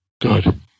Good